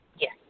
Yes